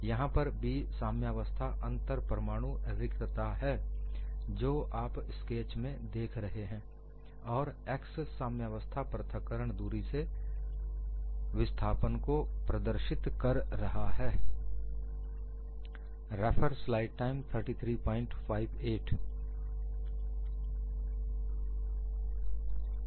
यहां पर b साम्यावस्था अंतर परमाणु रिक्तता है जो आप स्केच में देख रहे हैं और x साम्यावस्था पृथक्करण दूरी से विस्थापन को प्रदर्शित कर रहा है